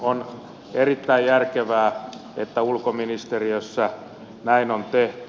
on erittäin järkevää että ulkoministeriössä näin on tehty